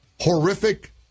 horrific